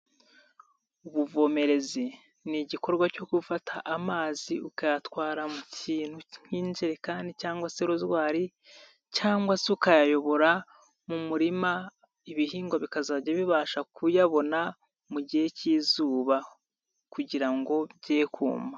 Ubuvomerez,i ni igikorwa cyo gufata amazi ukayatwara mu kintu nk'injekani cyangwa se rozwari cyangwa se ukayayobora mu murima, ibihingwa bikazajya bibasha kuyabona mu gihe cy'izuba, kugira ngo byekuma